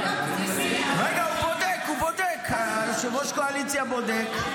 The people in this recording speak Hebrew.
רגע, רגע, הוא בודק, ראש הקואליציה בודק.